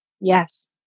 Yes